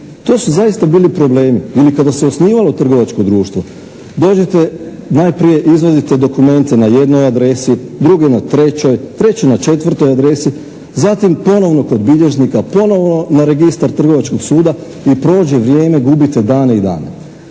To su zaista bili problemi. Ili kada se osnivalo trgovačko društvo. Dođete, najprije izvadite dokumente na jednoj adresi, druge na trećoj, treće na četvrtoj adresi, zatim ponovno kod bilježnika, ponovno na registar trgovačkog suda i prođe vrijeme, gubite dane i dane.